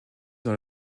dans